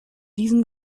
diesen